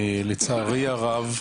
לצערי הרב,